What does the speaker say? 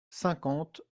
cinquante